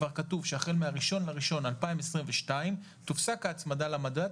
כבר כתוב שהחל מה-1 בינואר 2022 תופסק ההצמדה למדד,